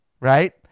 right